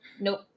Nope